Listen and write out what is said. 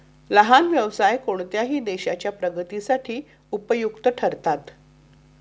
लहान व्यवसाय कोणत्याही देशाच्या प्रगतीसाठी उपयुक्त ठरतात